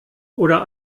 oder